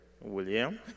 William